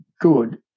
good